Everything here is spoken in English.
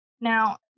Now